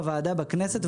בוועדה בכנסת,